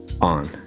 on